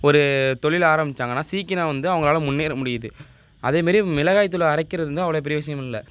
ஒரு தொழில் ஆரமிச்சாங்கன்னா சீக்கிரம் வந்து அவங்களால முன்னேற முடியுது அதேமாரியே மிளகாய் தூள் அரைக்கிறது வந்து அவ்வளோ பெரிய விஷயம் இல்லை